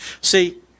See